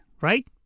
right